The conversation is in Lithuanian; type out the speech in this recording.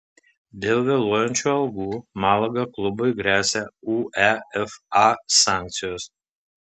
dėl vėluojančių algų malaga klubui gresia uefa sankcijos